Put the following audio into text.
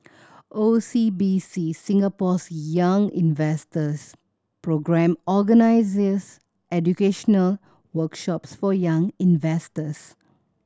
O C B C Singapore's Young Investors Programme organizes educational workshops for young investors